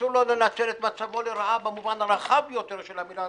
אסור לנו לנצל את מצבו לרעה במובן הרחב יותר של המילה,